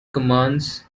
commands